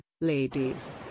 Ladies